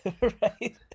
Right